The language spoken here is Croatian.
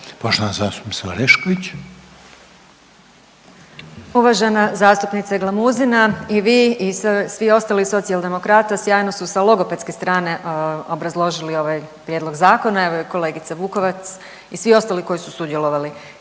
imenom i prezimenom)** Uvažena zastupnice Glamuzina. I vi i svi ostali Socijaldemokrata sjajno su sa logopedske strane obrazložili ovaj prijedlog zakona, evo i kolegica Vukovac i svi ostali koji su sudjelovali.